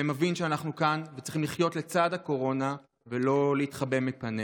מתוך הבנה שאנחנו צריכים לחיות לצד הקורונה ולא להתחבא מפניה.